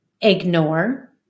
ignore